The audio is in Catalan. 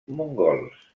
mongols